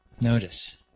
Notice